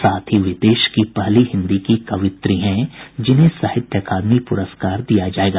साथ ही वे देश की पहली हिन्दी की कवयित्री हैं जिन्हें साहित्य अकादमी प्रस्कार दिया जायेगा